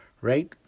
right